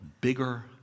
Bigger